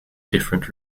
different